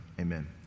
Amen